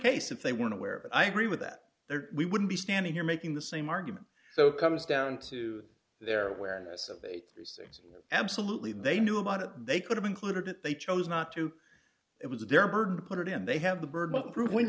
case if they weren't aware but i agree with that they're we wouldn't be standing here making the same argument so it comes down to d their awareness of these things absolutely they knew about it they could have included that they chose not to it was their burden to put it in they have the burden of proof when